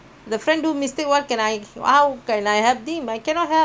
the friend do mistake what can how can I help you I cannot help